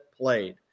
played